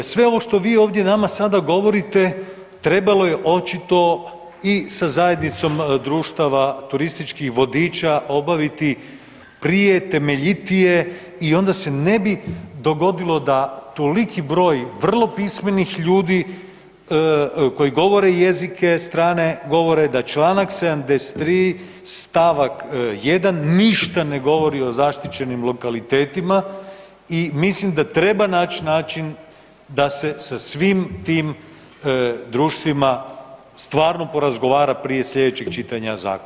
Sve ovo što vi ovdje nama sada govorite trebalo je očito i sa zajednicom društava turističkih vodiča obaviti prije, temeljitije i onda se ne bi dogodilo da toliki broj vrlo pismenih ljudi koji govore jezike strane, govore da čl. 73. stavak 1. ništa ne govori o zaštićenim lokalitetima i mislim da treba nać način da se sa svim tim društvima stvarno porazgovara prije slijedećih čitanja zakona.